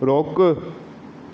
रोकु